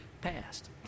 passed